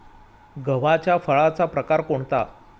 गव्हाच्या फळाचा प्रकार कोणता?